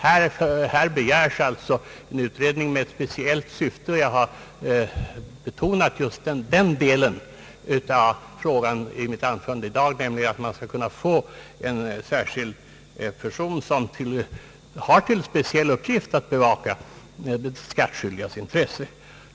Här begärs alltså en utredning med ett speciellt syfte, och jag har betonat just den delen av frågan i mitt anförande i dag, nämligen att man skall kunna få en särskild person, som har till uppgift att bevaka just de skattskyldigas intressen.